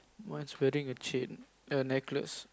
one is wearing a chain a necklace